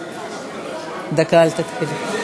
דחלילים.